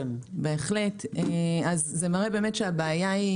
אם אין להם כביש כזה, הם בבעיה.